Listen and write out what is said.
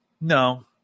No